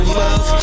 love